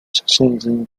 现今